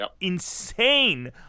insane